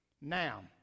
Now